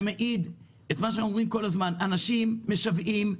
זה מעיד על מה שאנחנו אומרים כל הזמן: אנשים משוועים לעבוד.